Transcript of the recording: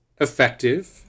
effective